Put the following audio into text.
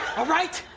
alright?